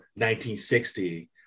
1960